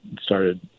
started